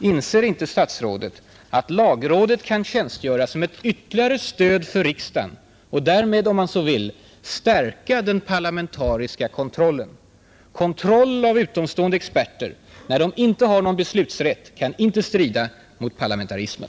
Inser inte statsrådet att lagrådet kan tjänstgöra som ett ytterligare stöd för riksdagen och därmed, om man så vill, stärka den parlamentariska kontrollen? En kontroll utförd av utomstående experter, som inte har någon beslutsrätt, kan inte strida mot parlamentarismen,